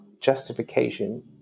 justification